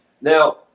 Now